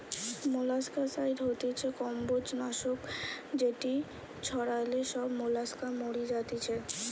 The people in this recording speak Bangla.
মোলাস্কাসাইড হতিছে কম্বোজ নাশক যেটি ছড়ালে সব মোলাস্কা মরি যাতিছে